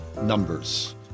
numbers